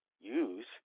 use